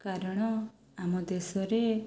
କାରଣ ଆମ ଦେଶରେ